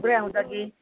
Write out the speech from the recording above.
थुप्रै आउँछ कि